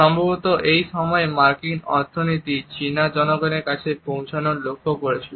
সম্ভবত এই সময়েই মার্কিন অর্থনীতি চীনা জনগণের কাছে পৌঁছানোর চেষ্টা করছিল